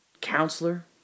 counselor